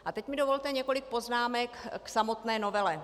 A teď mi dovolte několik poznámek k samotné novele.